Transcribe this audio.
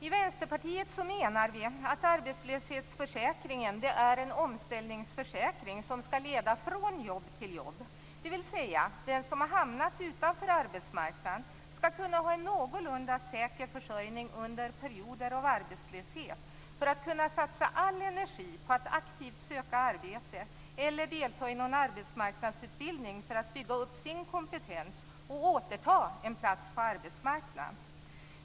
I Vänsterpartiet menar vi att arbetslöshetsförsäkringen är en omställningsförsäkring som skall leda från jobb till jobb. Den som har hamnat utanför arbetsmarknaden skall kunna ha en någorlunda säker försörjning under perioder av arbetslöshet för att kunna satsa all energi på att aktivt söka arbete eller delta i någon arbetsmarknadsutbildning för att bygga upp sin kompetens och återta en plats på arbetsmarknaden.